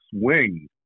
swing